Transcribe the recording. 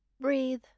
Breathe